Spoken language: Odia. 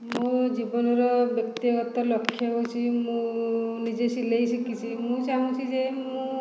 ମୋ ଜୀବନର ବ୍ୟକ୍ତିଗତ ଲକ୍ଷ ହେଉଛି ମୁଁ ନିଜେ ସିଲେଇ ଶିଖିଛି ମୁଁ ଚାହୁଁଛି ଯେ ମୁଁ